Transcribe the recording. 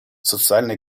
социально